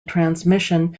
transmission